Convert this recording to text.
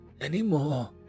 anymore